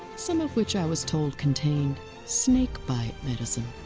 some of which i was told contained snake bite medicine.